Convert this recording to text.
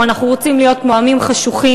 או שאנחנו רוצים להיות כמו עמים חשוכים,